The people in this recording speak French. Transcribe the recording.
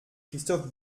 christophe